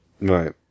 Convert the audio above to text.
Right